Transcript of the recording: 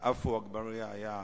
ועפו אגבאריה היה אחריו,